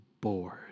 bored